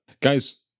guys